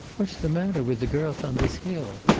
what's the matter with the girls on this hill?